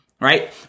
Right